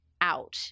out